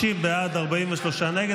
60 בעד, 43 נגד.